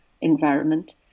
environment